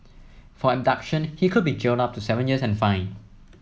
for abduction he could be jailed up to seven years and fined